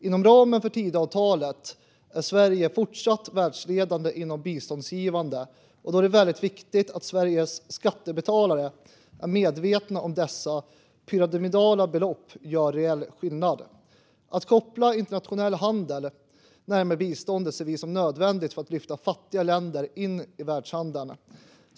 Inom ramen för Tidöavtalet är Sverige fortsatt världsledande inom biståndsgivande. Då är det väldigt viktigt att Sveriges skattebetalare är medvetna om att dessa pyramidala belopp gör rejäl skillnad. Att koppla internationell handel närmare biståndet ser vi som nödvändigt för att lyfta fattiga länder in i världshandeln.